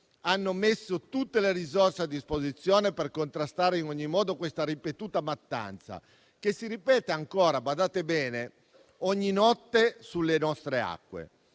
hanno messo a disposizione tutte le risorse per contrastare in ogni modo questa ripetuta mattanza, che si ripete ancora - badate bene - ogni notte sulle nostre acque.